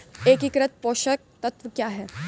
एकीकृत पोषक तत्व क्या है?